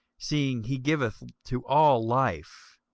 seeing he giveth to all life,